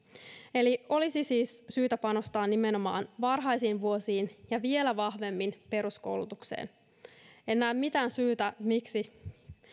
eli olisi siis syytä panostaa nimenomaan varhaisiin vuosiin ja vielä vahvemmin peruskoulutukseen en näe mitään syytä miksi